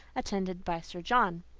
attended by sir john.